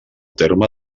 terme